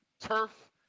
Turf